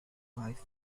life